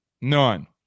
None